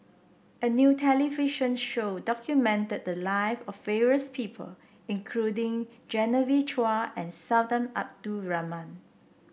a new television show documented the life of various people including Genevieve Chua and Sultan Abdul Rahman